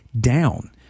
down